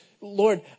Lord